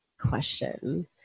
question